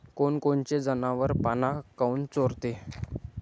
कोनकोनचे जनावरं पाना काऊन चोरते?